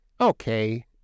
okay